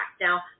now